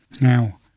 Now